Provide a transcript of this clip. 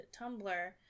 tumblr